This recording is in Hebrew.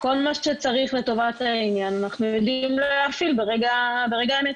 כל מה שצריך לטובת העניין אנחנו יודעים להפעיל ברגע האמת.